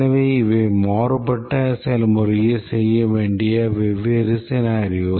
எனவே இவை மாறுபட்ட செயல்முறையைச் செய்ய வேண்டிய வெவ்வேறு scenarios